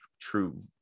true –